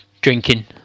drinking